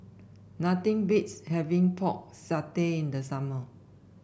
nothing beats having Pork Satay in the summer